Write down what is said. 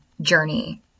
journey